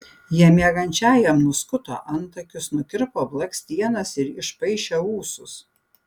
jie miegančiajam nuskuto antakius nukirpo blakstienas ir išpaišė ūsus